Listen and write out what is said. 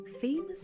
Famous